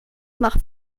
nach